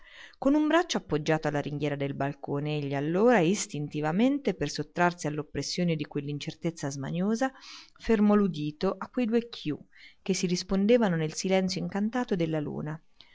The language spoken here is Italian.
con un braccio appoggiato alla ringhiera del balcone egli allora istintivamente per sottrarsi all'oppressione di quell'incertezza smaniosa fermò l'udito a quei due chiù che si rispondevano nel silenzio incantato dalla luna